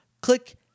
Click